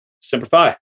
Simplify